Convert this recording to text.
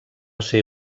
ser